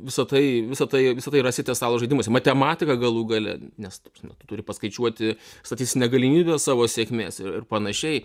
visa tai visa tai visa tai rasite stalo žaidimuose matematika galų gale nes ta prasme tu turi paskaičiuoti statistinę galimybę savo sėkmės ir panašiai